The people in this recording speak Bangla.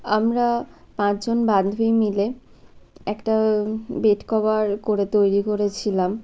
আমরা পাঁচ জন বান্ধবী মিলে একটা বেড কভার করে তৈরি করেছিলাম